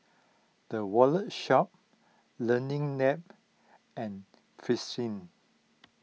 the Wallet Shop Learning Lab and Fristine